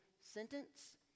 sentence